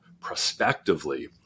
prospectively